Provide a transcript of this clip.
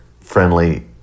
friendly